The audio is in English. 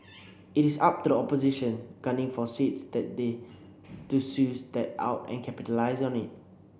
it is up to the opposition gunning for seats that they to sues that out and capitalise on it